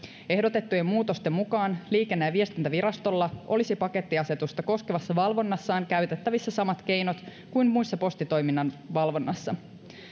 ehdotettujen muutosten mukaan liikenne ja viestintävirastolla olisi pakettiasetusta koskevassa valvonnassaan käytettävissä samat keinot kuin muussa postitoiminnan valvonnassa